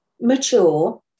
mature